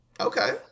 Okay